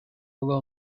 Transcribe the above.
below